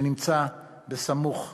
שנמצא סמוך לקבר.